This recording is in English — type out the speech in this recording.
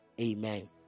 amen